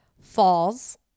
Falls